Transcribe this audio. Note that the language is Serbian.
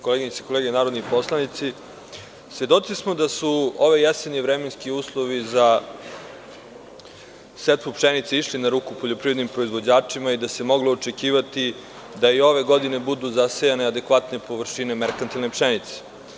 Koleginice i kolege narodni poslanici, svedoci smo da su ove jeseni vremenski uslovi za setvu pšenice išli na ruku poljoprivrednim proizvođačima i da se moglo očekivati da i ove godine budu zasejane adekvatne površine merkantilne pšenice.